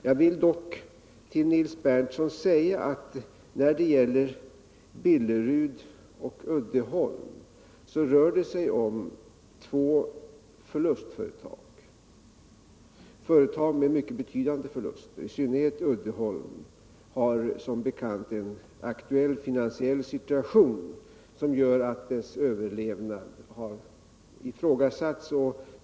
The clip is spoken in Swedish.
Jag vill dock till Nils Berndtson säga att det beträffande Billerud och Uddeholm rör sig om två förlustföretag — företag med mycket betydande förluster, i synnerhet Uddeholm, vilket som bekant befinner sig i en aktuell finansiell situation som gör att dess överlevnad ifrågasatts.